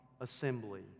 assembly